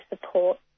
support